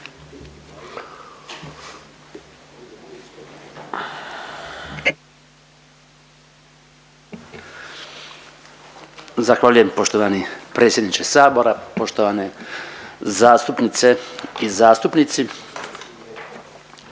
Zahvaljujem poštovani predsjedniče sabora, poštovane zastupnice i zastupnici.